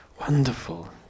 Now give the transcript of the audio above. Wonderful